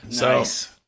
Nice